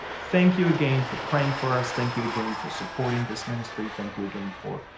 thank you again for praying for us. thank you again for supporting this ministry. thank you again for